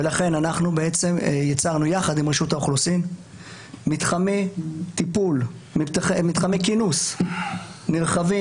ולכן יצרנו ביחד עם רשות האוכלוסין מתחמי כינוס נרחבים,